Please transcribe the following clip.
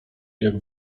jak